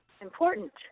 important